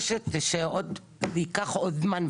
לעשות תשאול לאומי,